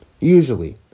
Usually